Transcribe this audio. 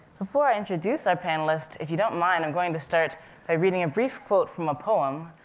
before i introduce our panelists, if you don't mind, i'm going to start by reading a brief quote from a poem,